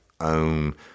own